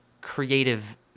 creative